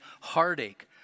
heartache